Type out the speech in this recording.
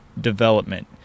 Development